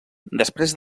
després